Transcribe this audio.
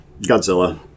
Godzilla